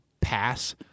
pass